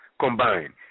combine